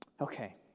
Okay